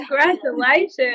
Congratulations